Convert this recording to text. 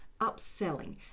upselling